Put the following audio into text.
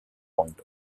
point